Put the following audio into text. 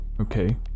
Okay